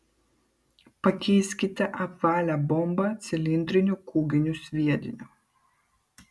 pakeiskite apvalią bombą cilindriniu kūginiu sviediniu